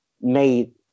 made